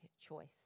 choice